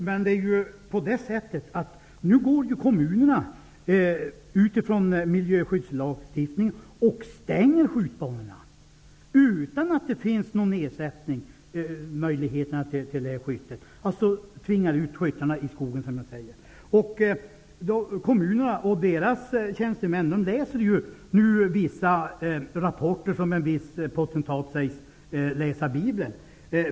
Fru talman! Men nu utgår kommunerna från miljöskyddslagstiftningen och stänger skjutbanorna utan att skapa någon annan möjlighet till skytte. Man tvingar ut skyttarna i skogen. Kommunernas tjänstemän läser vissa rapporter som en viss potentat sägs läsa Bibeln.